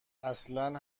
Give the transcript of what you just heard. اصلن